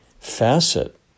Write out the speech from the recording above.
facet